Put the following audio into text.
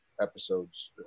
episodes